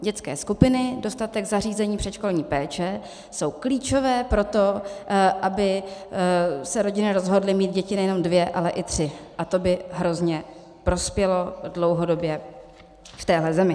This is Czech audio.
Dětské skupiny, dostatek zařízení předškolní péče jsou klíčové pro to, aby se rodiny rozhodly mít děti nejenom dvě, ale i tři, to by hrozně prospělo dlouhodobě v téhle zemi.